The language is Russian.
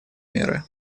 меры